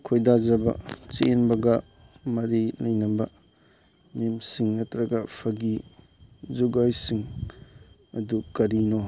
ꯈꯣꯏꯗꯥꯖꯕ ꯆꯦꯟꯕꯒ ꯃꯔꯤ ꯂꯩꯅꯕ ꯃꯤꯝꯁꯤꯡ ꯅꯠꯇ꯭ꯔꯒ ꯐꯥꯒꯤ ꯖꯣꯒꯥꯏꯁꯤꯡ ꯑꯗꯨ ꯀꯔꯤꯅꯣ